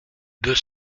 deux